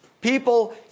People